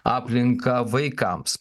aplinką vaikams